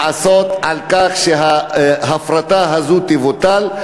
לעשות שההפרטה הזאת תבוטל,